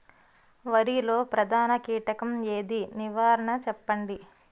వరిలో ప్రధాన కీటకం ఏది? నివారణ చెప్పండి?